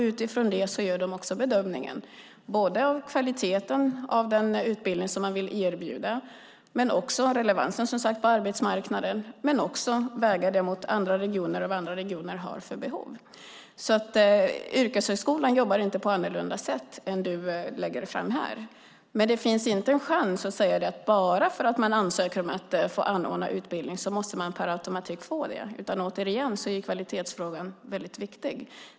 Utifrån det gör de en bedömning av kvaliteten på den utbildning man vill erbjuda men också av relevansen på arbetsmarknaden och väger det mot andra regioner och vad de har för behov. Yrkeshögskolan jobbar inte på annorlunda sätt än vad du lägger fram här. Det är inte så att bara för att man ansöker om att anordna en utbildning måste man per automatik få det. Återigen är kvalitetsfrågan väldigt viktig.